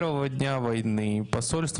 לקבל דרככם --- (מדבר בשפה הרוסית,